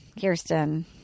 Kirsten